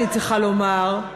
אני צריכה לומר,